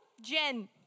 Jen